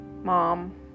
mom